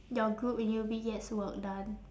your group in U_B gets work done